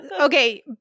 Okay